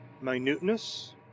minuteness